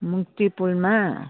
मुक्ति पुलमा